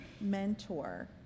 mentor